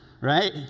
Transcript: right